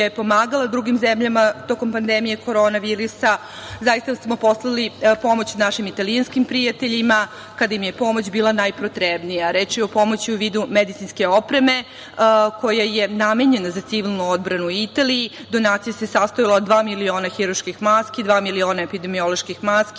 je pomagala drugim zemljama tokom pandemije korona virusa. Zaista smo poslali pomoć našim italijanskim prijateljima kada im je pomoć bila najpotrebnija. Reč je o pomoći u vidu medicinske opreme koja je namenjena za civilnu odbranu u Italiji. Donacija se sastojala od dva miliona hirurških maski, dva miliona epidemioloških maski,